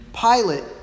Pilate